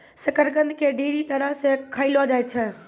शकरकंद के ढेरी तरह से खयलो जाय छै